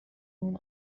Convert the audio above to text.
اون